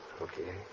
Okay